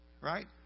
Right